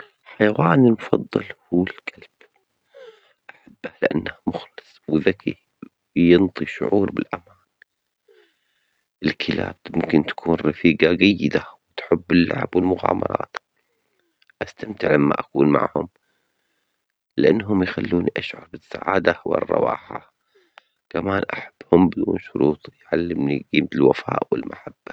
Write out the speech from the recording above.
حيواني المفظل هو الكلب، أحبه لأنه مخلص وذكي بيعطي شعور بالأمان، الكلاب ممكن تكون رفيقة جيدة تحب اللعب والمغامرات، أستمتع لما أكون معهم لأنهم يخلوني أشعر بالسعادة والرواحة، كمان أحبهم بدون شروط يعلمني كيف الوفاء والمحبة.